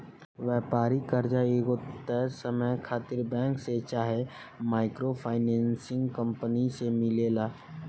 व्यापारिक कर्जा एगो तय समय खातिर बैंक से चाहे माइक्रो फाइनेंसिंग कंपनी से मिलेला